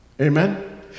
amen